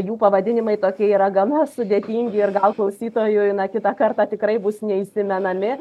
jų pavadinimai tokie yra gana sudėtingi ir gal klausytojui na kitą kartą tikrai bus neįsimenami